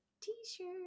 t-shirt